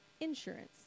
Insurance